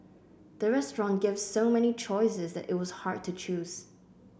the restaurant gave so many choices that it was hard to choose